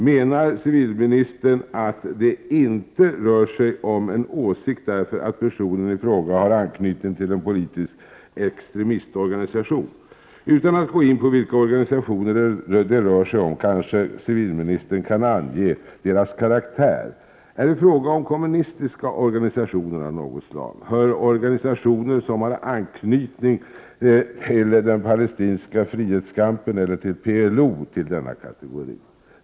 Menar civilministern att det inte rör sig om en åsikt, därför att personen i fråga har anknytning till en politisk extremistorganisation? Utan att gå in på vilka organisationer det rör sig om, kanske civilministern kan ange deras karaktär. Är det fråga om kommunistiska organisationer av något slag? Hör organisationerna som har anknytning till den palestinska frihetskampen eller PLO till denna kategori?